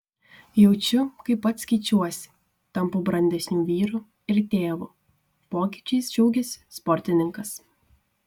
jaučiu kaip pats keičiuosi tampu brandesniu vyru ir tėvu pokyčiais džiaugėsi sportininkas